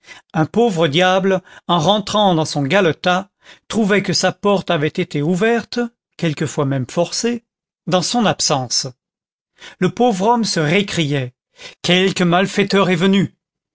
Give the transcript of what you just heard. un pauvre diable en rentrant dans son galetas trouvait que sa porte avait été ouverte quelquefois même forcée dans son absence le pauvre homme se récriait quelque malfaiteur est venu